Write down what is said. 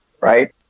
Right